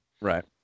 Right